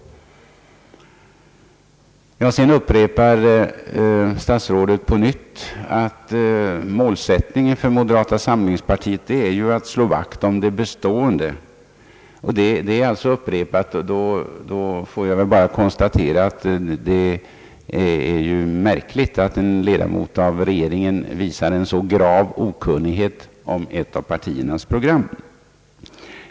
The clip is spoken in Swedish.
Statsrådet Moberg upprepade att målsättningen för moderata samlingspartiet är att slå vakt om det bestående. Han har alltså upprepat detta, och jag vill bara konstatera att det är märkligt att en medlem av regeringen visar en så grav okunnighet om ett av partiernas program att han kan yttra något sådant.